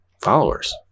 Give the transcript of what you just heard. followers